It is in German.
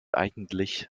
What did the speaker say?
eigentlich